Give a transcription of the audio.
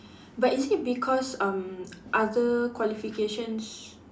but is it because um other qualifications